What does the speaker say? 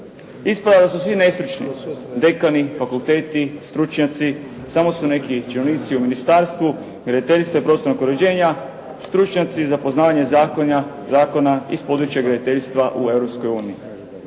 Ispada da su svi nestručni – dekani, fakulteti, stručnjaci. Samo su neki činovnici u Ministarstvu graditeljstva i prostornog uređenja stručnjaci za poznavanje zakona iz područja graditeljstva u